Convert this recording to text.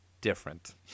different